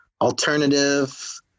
alternative